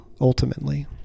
ultimately